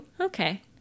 Okay